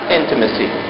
intimacy